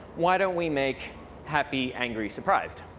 why don't we make happy angry surprised.